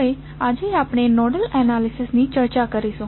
હવે આજે આપણે નોડલ એનાલિસિસ ની ચર્ચા કરીશું